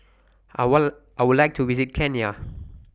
I want I Would like to visit Kenya